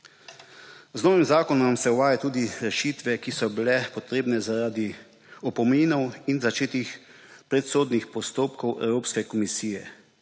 Z novim zakonom se uvajajo tudi rešitve, ki so bile potrebne zaradi opominov in začetih predsodnih postopkov Evropske komije.